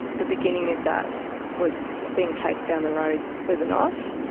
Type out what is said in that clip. the beginning of that was being chased down the road with a knife,